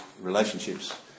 relationships